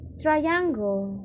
triangle